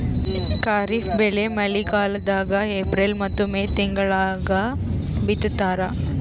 ಖಾರಿಫ್ ಬೆಳಿ ಮಳಿಗಾಲದಾಗ ಏಪ್ರಿಲ್ ಮತ್ತು ಮೇ ತಿಂಗಳಾಗ ಬಿತ್ತತಾರ